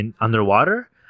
underwater